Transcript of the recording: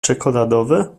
czekoladowe